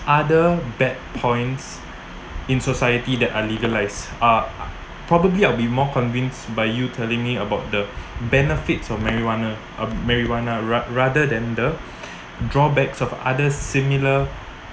other bad points in society that are legalised uh probably I'll be more convinced by you telling me about the benefits of marijuana of marijuana ra~ rather than the drawbacks of other similar